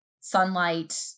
sunlight